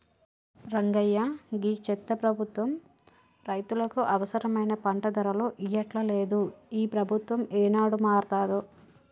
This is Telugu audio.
రంగయ్య గీ చెత్త ప్రభుత్వం రైతులకు అవసరమైన పంట ధరలు ఇయ్యట్లలేదు, ఈ ప్రభుత్వం ఏనాడు మారతాదో